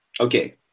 Okay